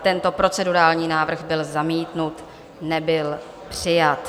Tento procedurální návrh byl zamítnut, nebyl přijat.